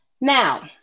Now